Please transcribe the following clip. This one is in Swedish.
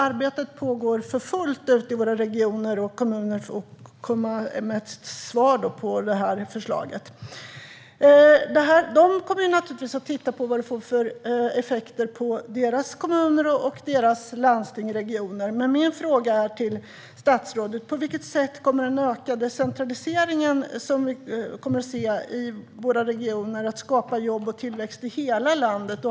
Arbetet pågår för fullt ute i våra regioner och kommuner för att komma med svar på förslaget. De kommer naturligtvis att titta på vilka effekter detta får på deras kommuner, landsting och regioner. Min fråga till statsrådet är: På vilket sätt kommer den ökade centralisering som vi kommer att se i våra regioner att skapa jobb och tillväxt i hela landet?